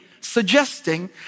suggesting